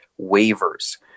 waivers